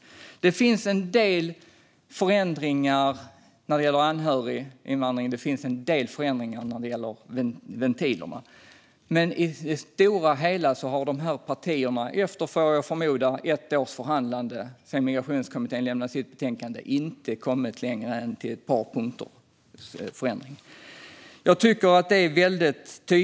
Det finns en del förändringar när det gäller anhöriginvandring och en del förändringar när det gäller ventilerna. Men på det stora hela har de partierna efter, vad jag förmodar, ett års förhandlande sedan Migrationskommittén lämnade sitt betänkande inte kommit längre än till förändringar på ett par punkter.